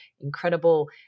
incredible